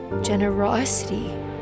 generosity